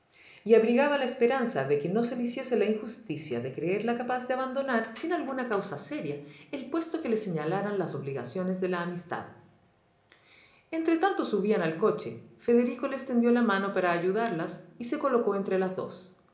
y abrigaba la esperanza de que no se le hiciese la injusticia de creerla capaz de abandonar sin alguna causa seria el puesto que le señalaran las obligaciones de la amistad entre tanto subían al coche federico les tendió la mano para ayudarlas y se colocó entre las dos